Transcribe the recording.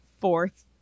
fourth